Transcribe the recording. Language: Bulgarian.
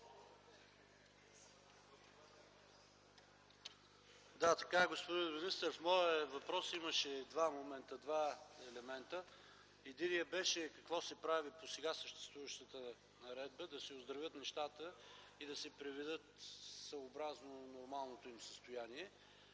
Да, така е, господин министър. В моя въпрос имаше два елемента – единият беше какво се прави по сега съществуващата наредба да се оздравят нещата и да се приведат съобразно нормалното им състояние?